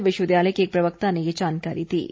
विश्वविद्यालय के एक प्रवक्ता ने ये जानकारी दी है